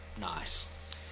nice